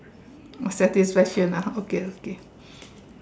satisfaction ah okay okay